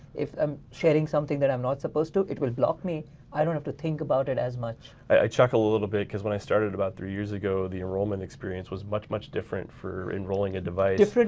if um sharing something that i'm not supposed to it will block me i don't have to think about it as much. i chuckle a little bit because when i started about three years ago the enrollment experience was much much different for enrolling a device. i'm